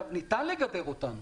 ניתן לגדר אותנו.